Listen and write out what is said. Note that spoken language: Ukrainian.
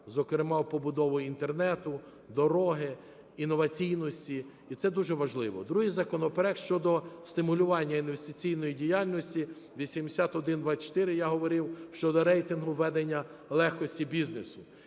зокрема побудову Інтернету, дороги, іноваційності. І це дуже важливо. Другий законопроект щодо стимулювання інвестиційної діяльності (8124), я говорив, щодо рейтингу ведення легкості бізнесу.